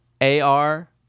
A-R-